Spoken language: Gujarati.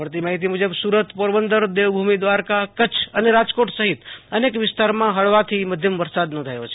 મળતી માહિતી મુજબ સુ રત પોરબંદરદેવભુમિ દ્રારકાકચ્છ અને રાજકોટ સહિત અનેક વિસ્તારમાં હળવાશથી મધ્યમ વરસાદ નોંધાયો છે